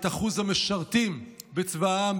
את אחוז המשרתים בצבא העם,